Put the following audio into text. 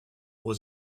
was